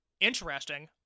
interesting